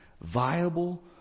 viable